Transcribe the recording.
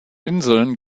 inseln